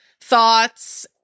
thoughts